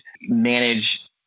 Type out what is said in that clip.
manage